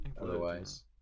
Otherwise